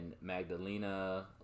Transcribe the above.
Magdalena